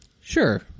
Sure